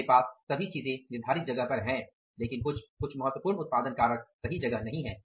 आपके पास सभी चीज़े निर्धारित जगह पर हैं लेकिन कुछ कुछ महत्वपूर्ण उत्पादन कारक सही जगह नहीं है